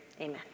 amen